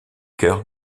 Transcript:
cœur